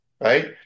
right